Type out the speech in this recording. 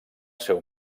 seu